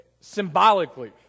symbolically